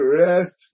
rest